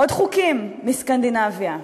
עוד חוקים מסקנדינביה: